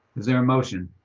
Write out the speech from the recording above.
is there a motion?